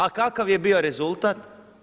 A kakav je bio rezultat?